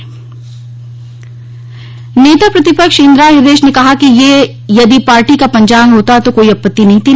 walk out जारी नेता प्रतिपक्ष इंदिरा हृदयेश ने कहा यह यदि पार्टी का पंचाग होता तो कोई आपत्ति नहीं थी